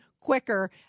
quicker